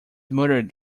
murdered